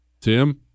Tim